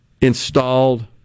installed